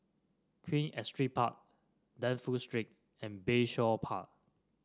Queen Astrid Park Dafne Street and Bayshore Park